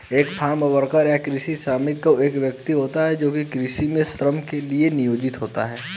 एक farm worker या कृषि श्रमिक वह व्यक्ति होता है जो कृषि में श्रम के लिए नियोजित होता है